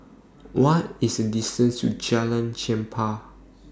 What IS The distance to Jalan Chempah